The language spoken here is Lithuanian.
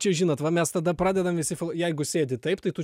čia žinot va mes tada pradedam visi jeigu sėdi taip tai tu